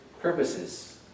purposes